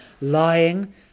lying